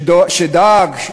שדאג,